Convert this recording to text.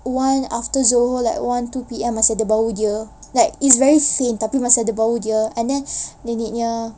one after zohor like one two P_M masih ada bau dia like it's very faint but tapi masih ada bau dia and then nenek punya